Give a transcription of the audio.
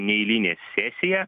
neeilinė sesija